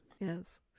Yes